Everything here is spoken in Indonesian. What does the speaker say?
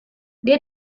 dia